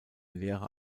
lehre